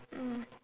mm